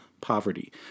poverty